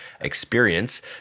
experience